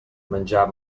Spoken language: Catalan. menjar